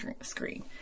screen